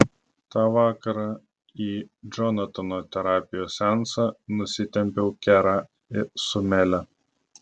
tą vakarą į džonatano terapijos seansą nusitempiau kerą su mele